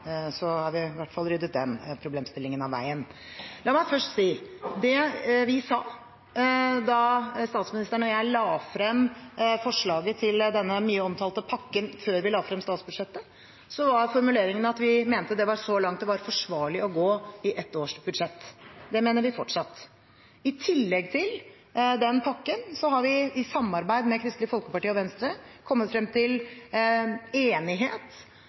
så har vi i hvert fall ryddet den problemstillingen av veien. La meg først si at da statsministeren og jeg la frem forslaget til denne mye omtalte pakken, før vi la frem statsbudsjettet, var formuleringen at vi mente det var så langt det var forsvarlig å gå i ett års budsjett. Det mener vi fortsatt. I tillegg til den pakken har vi i samarbeid med Kristelig Folkeparti og Venstre kommet frem til enighet